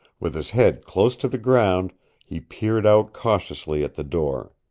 with his head close to the ground he peered out cautiously at the door.